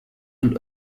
und